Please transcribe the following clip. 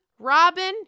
Robin